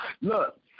Look